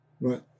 right